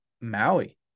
Maui